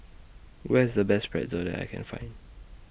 Where IS The Best Pretzel that I Can Find